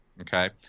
Okay